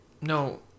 no